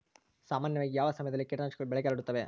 ಸಾಮಾನ್ಯವಾಗಿ ಯಾವ ಸಮಯದಲ್ಲಿ ಕೇಟನಾಶಕಗಳು ಬೆಳೆಗೆ ಹರಡುತ್ತವೆ?